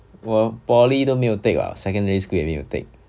我 poly 都没有 take ah 我 secondary school 也没有 take